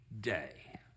day